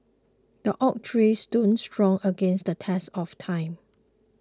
the oak tree stood strong against the test of time